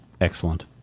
Excellent